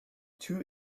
two